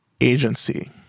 agency